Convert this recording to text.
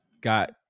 got